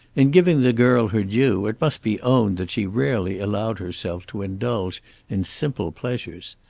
in giving the girl her due it must be owned that she rarely allowed herself to indulge in simple pleasures.